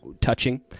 touching